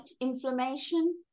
inflammation